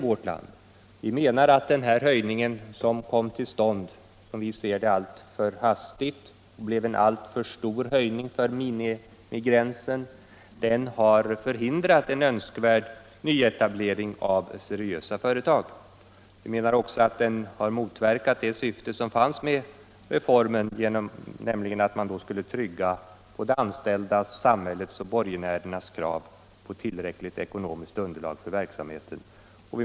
Vi anser att den höjning av aktiekapitalet, som enligt vår mening kom till stånd alltför hastigt, blev för stor och har förhindrat en önskvärd nyetablering av seriösa företag. Vi anser också att den har motverkat syftet med reformen, som var att trygga både anställdas, samhällets och borgenärernas krav på tillräckligt ekonomiskt underlag för verksamheten.